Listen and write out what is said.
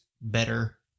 better